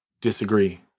disagree